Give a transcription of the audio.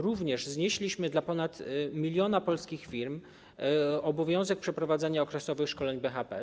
Również znieśliśmy dla ponad 1 mln polskich firm obowiązek przeprowadzania okresowych szkoleń BHP.